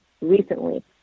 recently